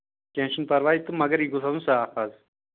کیٚنہہ چھُنہٕ پَرواے تہٕ مَگر یہِ گوٚژھ آسُن صاف حظ